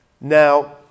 Now